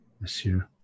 monsieur